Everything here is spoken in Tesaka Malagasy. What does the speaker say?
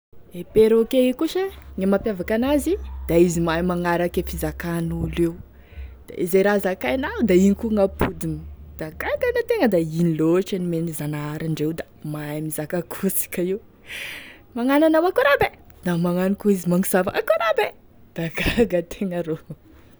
E perroquet io koa sa e mampiavaka an'azy da izy mahay magnaraky e fizakan'olo io da ze raha zakainao da igny koa gn'apodiny, da gaga ane tegna da ino lotry e nomene zanahary andreo da mahay mizaka ako asika io, magnao hoe akory aby e da magnano koa izy magnosafa akory aby e da gaga antegna rô.